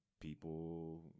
people